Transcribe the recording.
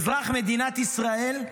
אזרח מדינת ישראל,